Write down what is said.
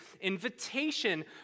invitation